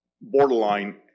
borderline